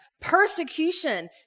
persecution